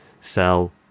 sell